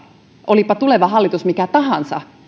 olipa tuleva hallitus mikä tahansa